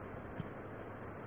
हे दिलेले आहे ते काय सांगत आहे